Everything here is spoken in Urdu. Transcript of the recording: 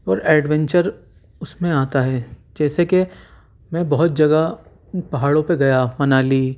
اور ایڈونچر اس میں آتا ہے جیسے کہ میں بہت جگہ پہاڑوں پہ گیا منالی